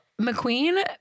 McQueen